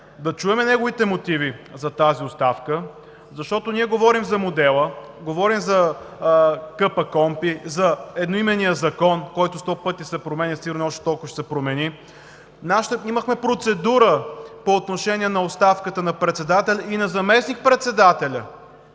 да чуем неговите мотиви за тази оставка, защото ние говорим за модела, говорим за КПКОНПИ, за едноименния закон, който сто пъти се променя, и сигурно още толкова ще се промени. Имахме процедура по отношение на оставката на председателя и на заместник-председателя.